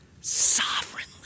sovereignly